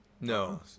No